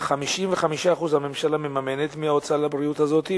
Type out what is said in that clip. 55% מההוצאה לבריאות הזאת,